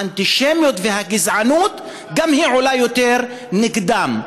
האנטישמיות והגזענות גם הן עולות יותר נגדם.